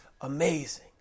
amazing